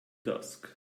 dusk